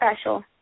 special